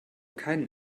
keinen